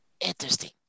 Interesting